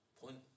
point